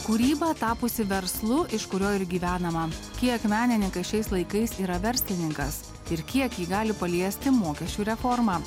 kūryba tapusi verslu iš kurio ir gyvenama kiek menininkai šiais laikais yra verslininkas ir kiek jį gali paliesti mokesčių reforma